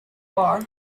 bar